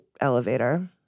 elevator